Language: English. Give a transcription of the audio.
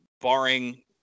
barring